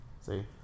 See